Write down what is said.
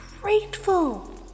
grateful